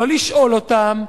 לא לשאול אותם,